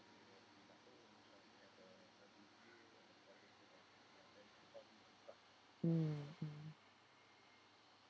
mm mm